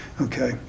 Okay